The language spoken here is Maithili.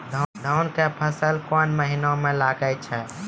धान के फसल कोन महिना म लागे छै?